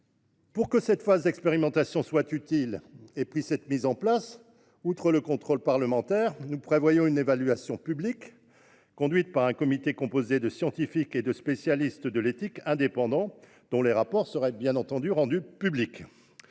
Afin que cette phase d'expérimentation soit utile serait mise en place, outre le contrôle parlementaire, une évaluation publique, conduite par un comité composé de scientifiques et de spécialistes de l'éthique indépendants dont les rapports seraient bien évidemment rendus publics.